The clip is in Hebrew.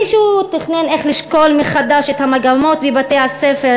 מישהו תכנן איך לשקול מחדש את המגמות בבתי-הספר